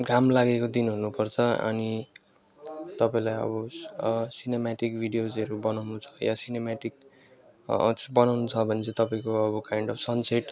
घाम लागेको दिन हुनु पर्छ अनि तपाईँलाई अब सिनेमेटिक भिडियोजहरू बनाउनु छ या सिनेमेटिक जस्तो बनाउनु छ भने चाहिँ तपाईँको अब काइन्ड अफ सनसेट